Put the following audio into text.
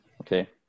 Okay